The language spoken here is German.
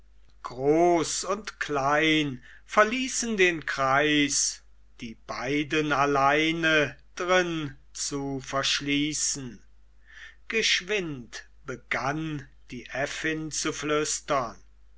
groß und klein verließen den kreis die beiden alleine drin zu verschließen geschwind begann die äffin zu flüstern